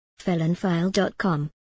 Felonfile.com